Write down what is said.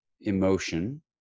Emotion